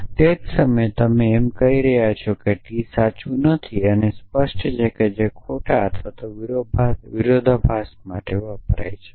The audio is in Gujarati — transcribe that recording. અને તે જ સમયે તમે એમ કહી રહ્યાં છો કે T સાચું નથી અને સ્પષ્ટ છે કે જે ખોટા અથવા વિરોધાભાસ માટે વપરાય છે